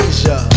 Asia